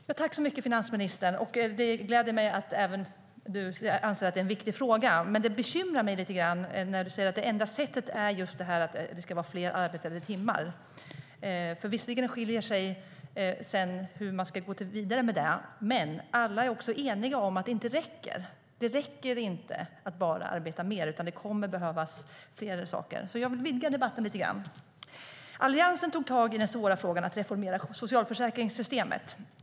Fru talman! Det gläder mig att även finansministern anser att detta är en viktig fråga. Men det bekymrar mig när finansministern säger att det enda sättet är att antalet arbetade timmar ska öka. Visserligen skiljer sig vår uppfattning om hur vi ska gå vidare, men alla är eniga om att det inte räcker med att bara arbeta mer, utan det kommer att behövas fler saker. Jag vill vidga debatten lite grann. Alliansen tog tag i den svåra frågan om att reformera socialförsäkringssystemet.